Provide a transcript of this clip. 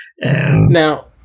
Now